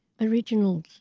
Originals